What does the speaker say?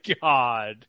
god